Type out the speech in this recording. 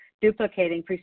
duplicating